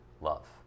love